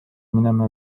minema